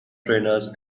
trainers